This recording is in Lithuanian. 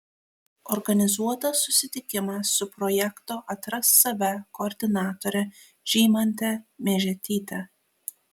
organizuotas susitikimas su projekto atrask save koordinatore žymante miežetyte